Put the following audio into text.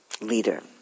leader